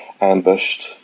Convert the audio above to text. ambushed